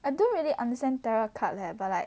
I don't really understand tarot card leh but like